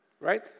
Right